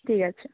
ঠিক আছে